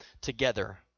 together